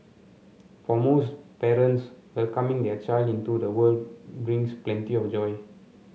for most parents welcoming their child into the world brings plenty of joy